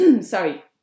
Sorry